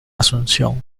asunción